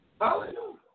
Hallelujah